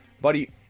buddy